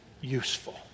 useful